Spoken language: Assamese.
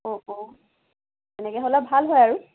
অঁ অঁ তেনেকৈ হ'লে ভাল হয় আৰু